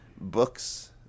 books